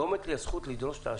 האם לא עומדת לי הזכות לדרוש השבה?